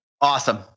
Awesome